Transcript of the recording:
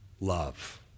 love